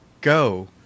go